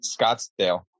Scottsdale